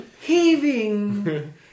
Heaving